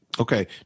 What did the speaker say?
Okay